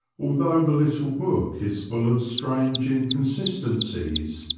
although the little book is full of strange inconsistencies,